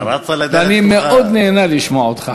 ואני מאוד נהנה לשמוע אותך,